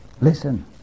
Listen